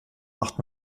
macht